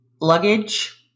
luggage